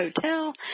hotel